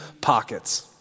pockets